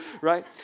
right